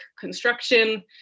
construction